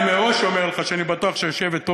אני מראש אומר לך שאני בטוח שהיושבת-ראש,